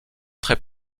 très